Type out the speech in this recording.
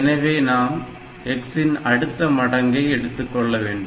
எனவே நாம் x ன் அடுத்த மடங்கை எடுத்துக்கொள்ளவேண்டும்